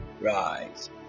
rise